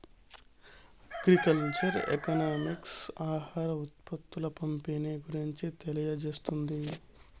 agriculture economics ఆహార ఉత్పత్తుల పంపిణీ గురించి తెలియజేస్తుంది